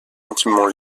intimement